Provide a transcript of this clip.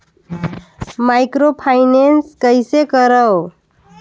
Microfinance कइसे करव?